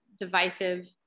divisive